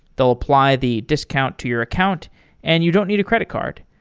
they'll apply the discount to your account and you don't need a credit card.